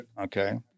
Okay